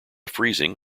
freezing